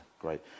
great